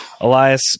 elias